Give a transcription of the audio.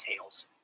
tails